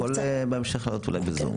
הוא יכול בהמשך אולי לעלות בזום.